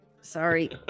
sorry